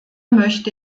möchte